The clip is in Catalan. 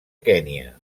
kenya